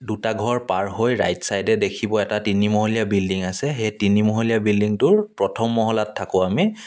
দুটা ঘৰ পাৰ হৈ ৰাইট ছাইডে দেখিব এটা তিনিমহলীয়া বিল্ডিং আছে সেই তিনিমহলীয়া বিল্ডিংটোৰ প্ৰথম মহলাত থাকোঁ আমি